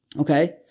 Okay